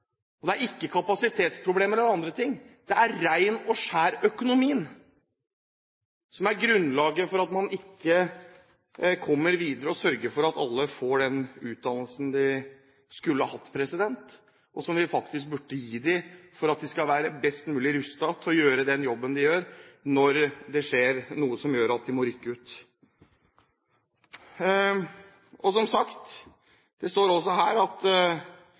det er ikke kapasitetsproblemer eller andre ting. Det er ren og skjær økonomi som er grunnlaget for at man ikke kommer videre og sørger for at alle får den utdannelsen de skulle hatt, og som vi faktisk burde gi dem for at de skal være best mulig rustet til å gjøre den jobben de gjør, når det skjer noe som gjør at de må rykke ut. Det står også her – det er også